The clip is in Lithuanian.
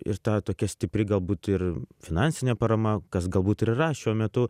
ir ta tokia stipri galbūt ir finansinė parama kas galbūt ir yra šiuo metu